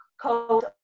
cold